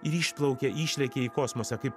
ir išplaukia išlekia į kosmosą kaip